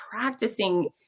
practicing